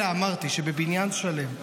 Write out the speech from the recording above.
אלא אמרתי שבבניין שלם,